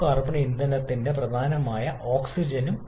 പിന്നെ gas exchange പ്രക്രിയയും valve സമയവും